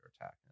attack